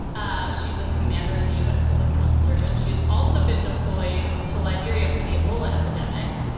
ah she's a commander in the u s. public health service. she has also been deployed to liberia for the ebola epidemic,